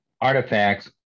artifacts